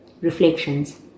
Reflections